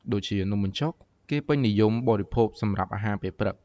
ដូចជានំបញ្ចុក គេពេញនិយមបរិភោគសម្រាប់អាហារពេលព្រឹក។